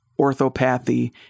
orthopathy